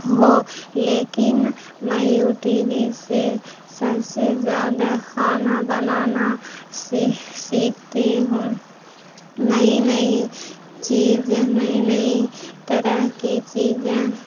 ہو لیکن میں U T V سے سب سے زیادہ کھانا بنانا سیکھتی ہوں نئی نئی چیزیں نئی نئی طرح کی چیزیں